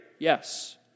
Yes